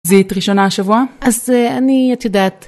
זיהית ראשונה השבוע? אז אני את יודעת...